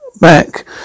back